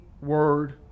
word